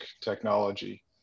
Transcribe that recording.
technology